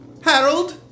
Harold